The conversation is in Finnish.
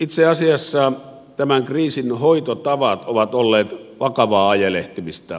itse asiassa tämän kriisin hoitotavat ovat olleet vakavaa ajelehtimista